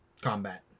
combat